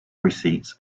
receipts